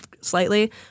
slightly